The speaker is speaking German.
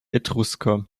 etrusker